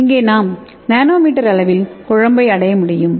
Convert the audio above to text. இங்கே நாம் nanometre அளவில் குழம்பை அடைய முடியும்